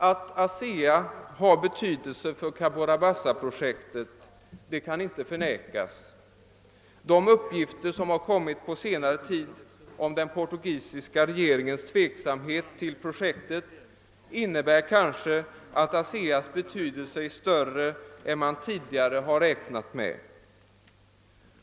Att ASEA har betydelse för Cabora Bassa-projektet kan inte förnekas. Den senare tidens uppgifter om den portugisiska regeringens tveksamhet när det gäller projektet innebär kanske att ASEA:s betydelse är större än man tidigare har räknat med.